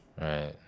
right